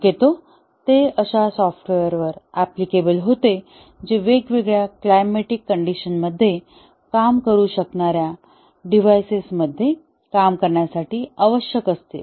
शक्यतो ते अशा सॉफ्टवेअरवर अप्लिकेबल होते जे वेगवेगळ्या क्लायमॅटिक कंडिशन मध्ये काम करू शकणाऱ्या डिव्हाइसेस मध्ये काम करण्यासाठी आवश्यक असते